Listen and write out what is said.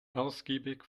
ausgiebig